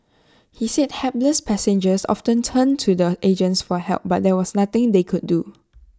he said hapless passengers often turned to the agents for help but there was nothing they could do